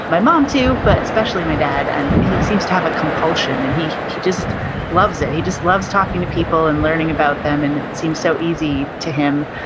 my mom too, but especially my dad. and he seems to have a compulsion and he he just loves it. he just loves talking to people and learning about them and it seems so easy to him.